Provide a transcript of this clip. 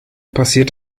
passiert